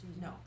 No